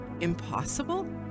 Impossible